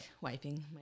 wiping